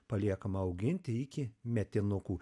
paliekama auginti iki metinukų